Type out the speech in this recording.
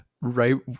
Right